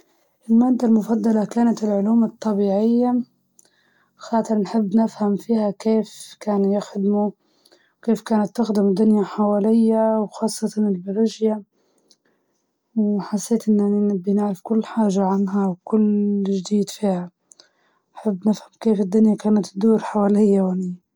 نحب لعبة كرة القدم، نحس نفسي زي زي ال نفرح لما نلعبها، ديما تكون مع الفريق اللي يفوز و ونحب شغل التحدي والحماس.